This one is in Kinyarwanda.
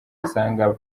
basanga